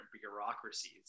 bureaucracies